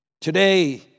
today